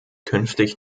künftig